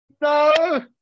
No